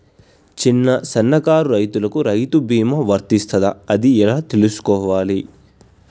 చిన్న సన్నకారు రైతులకు రైతు బీమా వర్తిస్తదా అది ఎలా తెలుసుకోవాలి?